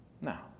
Now